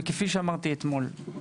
וכפי שאמרתי אתמול,